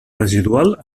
residual